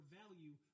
value